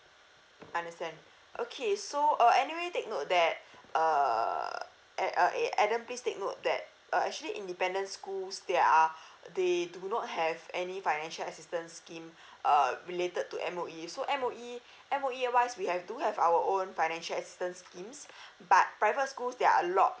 understand okay so uh anyway take note that uh at adam please take note that uh actually independent schools there are they do not have any financial assistance scheme uh related to M_O_E so M_O_E M_O_E here wise we have do have our own financial assistance schemes but private schools there are a lot